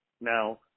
Now